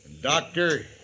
Doctor